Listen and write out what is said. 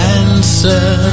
answer